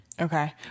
Okay